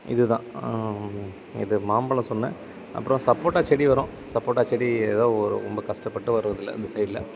இது தான் இது மாம்பழம் சொன்னேன் அப்புறம் சப்போட்டா செடி வரும் சப்போட்டா செடி ஏதோ ஒரு ரொம்ப கஷ்டப்பட்டு வரும் இதில் இந்த சைடில்